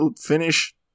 finish